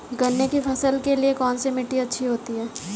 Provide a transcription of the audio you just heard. गन्ने की फसल के लिए कौनसी मिट्टी अच्छी होती है?